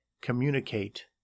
communicate